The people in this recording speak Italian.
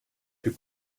più